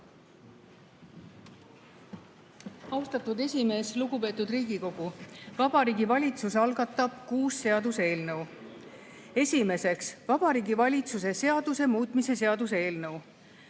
Austatud esimees! Lugupeetud Riigikogu! Vabariigi Valitsus algatab kuus seaduseelnõu. Esimeseks, Vabariigi Valitsuse seaduse muutmise seaduse eelnõu.